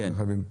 כן.